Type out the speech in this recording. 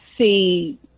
see